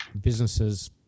businesses